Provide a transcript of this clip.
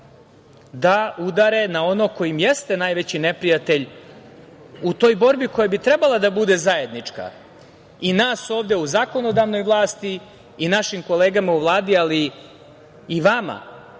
da udare na onog ko im jeste najveći neprijatelj u toj borbi koja bi trebala da bude zajednička i nas ovde u zakonodavnoj vlasti i našim kolegama u Vladi, ali i vama